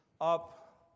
up